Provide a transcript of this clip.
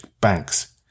banks